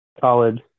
college